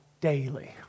daily